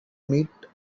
meat